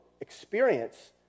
experience